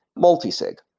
multisig.